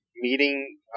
meeting